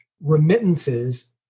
remittances